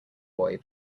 boy